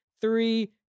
three